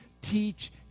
teach